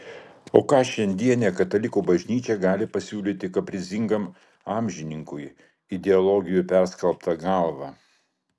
o ką šiandienė katalikų bažnyčia gali pasiūlyti kaprizingam amžininkui ideologijų perskalbta galva